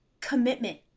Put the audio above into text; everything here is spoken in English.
commitment